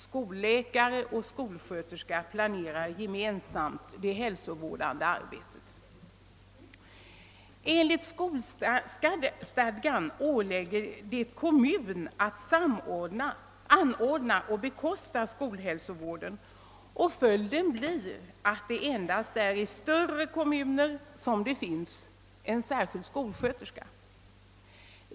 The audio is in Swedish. Skolläkare och skolsköterska planerar gemensamt det hälsovårdande arbetet.» Enligt skolstadgan åligger det kommun att anordna och bekosta skolhälsovård, och följden blir att det endast i större kommuner finns en särskild skolsköterska.